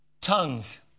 tongues